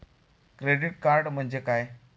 Credit card म्हणजे काय?